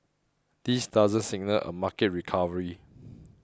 this doesn't signal a market recovery